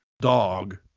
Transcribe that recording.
dog